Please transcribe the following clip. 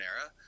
era